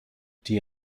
die